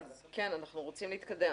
כן, אנחנו רוצים להתקדם.